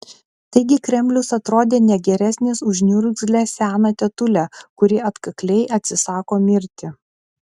taigi kremlius atrodė ne geresnis už niurgzlę seną tetulę kuri atkakliai atsisako mirti